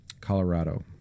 Colorado